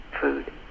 food